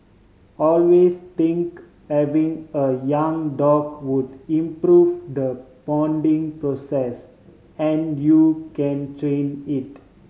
always think having a young dog would improve the bonding process and you can train it